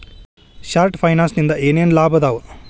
short ಫೈನಾನ್ಸಿನಿಂದ ಏನೇನ್ ಲಾಭದಾವಾ